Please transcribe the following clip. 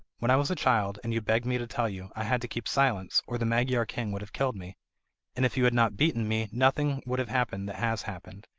when i was a child, and you begged me to tell you, i had to keep silence, or the magyar king would have killed me. and if you had not beaten me nothing would have happened that has happened,